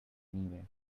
anyway